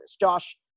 Josh